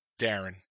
Darren